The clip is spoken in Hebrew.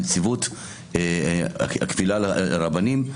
נציבות הקבילה על הרבנים,